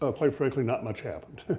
ah quite frankly, not much happened.